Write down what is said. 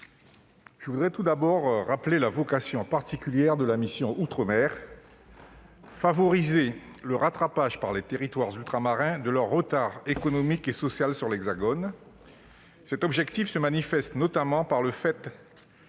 je veux tout d'abord rappeler la vocation particulière de la mission « Outre-mer »: favoriser le rattrapage, par les territoires ultramarins, de leur retard économique et social par rapport à l'Hexagone. Cet objectif se manifeste notamment par le fait